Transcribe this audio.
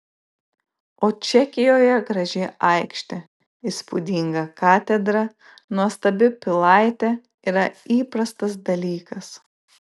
o čekijoje graži aikštė įspūdinga katedra nuostabi pilaitė yra įprastas dalykas